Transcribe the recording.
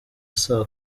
saa